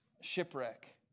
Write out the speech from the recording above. shipwreck